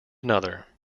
another